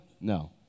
No